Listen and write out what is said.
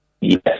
Yes